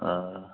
آ